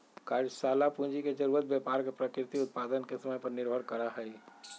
कार्यशाला पूंजी के जरूरत व्यापार के प्रकृति और उत्पादन के समय पर निर्भर करा हई